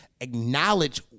acknowledge